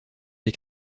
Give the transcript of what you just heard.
des